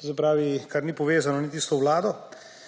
To se pravi, da ni povezano niti s to vlado.